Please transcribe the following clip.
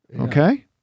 Okay